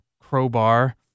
crowbar